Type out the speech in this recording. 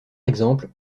exemple